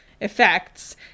effects